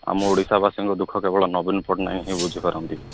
ଆମ ଓଡ଼ିଶା ବାସିଙ୍କ ଦୁଃଖ କେବଳ ନବୀନ ପଟ୍ଟନାୟକ ହିଁ ବୁଝି ପାରନ୍ତି